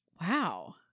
Wow